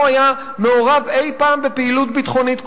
היה מעורב אי-פעם בפעילות ביטחונית כלשהי.